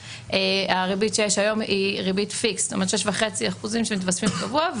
הריבית שיש היום היא ריבית פיקס 6.5% שמתווספים קבוע,